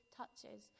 touches